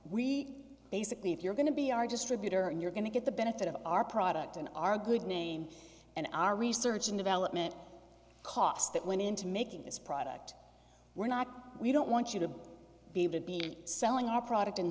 we basically if you're going to be our distributor and you're going to get the benefit of our product and our good name and our research and development costs that went into making this product we're not we don't want you to be would be selling our product in